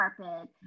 carpet